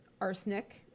arsenic